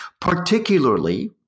particularly